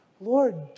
Lord